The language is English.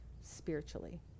spiritually